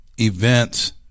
events